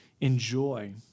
enjoy